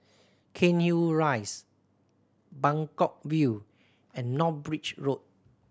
Cairnhill Rise Buangkok View and North Bridge Road